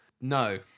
No